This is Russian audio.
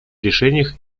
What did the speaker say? решениях